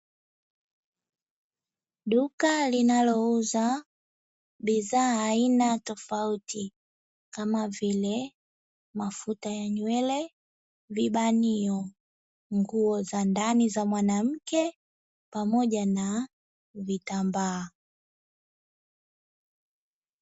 Duka linalouza bidhaa aina tofauti kama vile: mafuta ya nywele, vibanio, nguo za ndani za mwanamke pamoja na vitambaa.